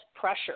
pressure